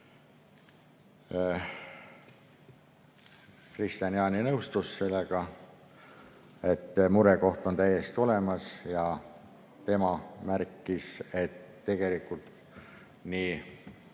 Kristian Jaani nõustus, et murekoht on täiesti olemas, ja märkis, et tegelikult nii